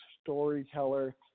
storyteller